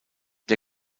der